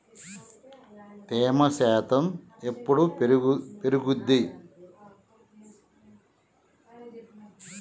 తేమ శాతం ఎప్పుడు పెరుగుద్ది?